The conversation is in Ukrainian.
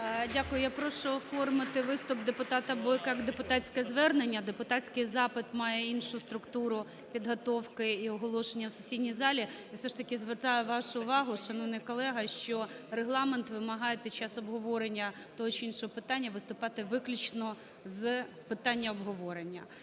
Дякую. Я прошу оформити виступ депутата Бойка як депутатське звернення, депутатський запит має іншу структуру підготовки і оголошення в сесійній залі. Я, все ж таки, звертаю вашу увагу, шановний колега, що Регламент вимагає під час обговорення того чи іншого питання виступати виключно з питання обговорення.